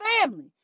family